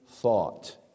thought